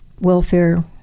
welfare